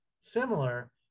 similar